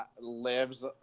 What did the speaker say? lives